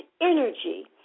energy